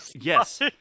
yes